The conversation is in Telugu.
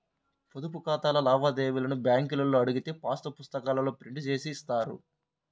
పొదుపు ఖాతాలోని లావాదేవీలను బ్యేంకులో అడిగితే పాసు పుస్తకాల్లో ప్రింట్ జేసి ఇస్తారు